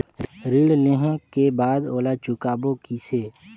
ऋण लेहें के बाद ओला चुकाबो किसे?